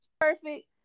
Perfect